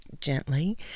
gently